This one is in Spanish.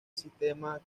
sistema